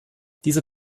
dieser